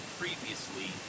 previously